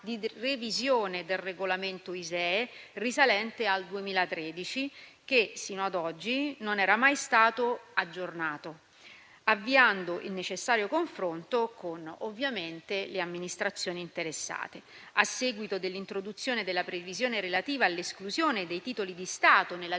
di revisione del regolamento ISEE, risalente al 2013, che sino ad oggi non era mai stato aggiornato, avviando il necessario confronto con le amministrazioni interessate. A seguito dell'introduzione della previsione relativa all'esclusione dei titoli di Stato nella